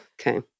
Okay